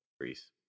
Greece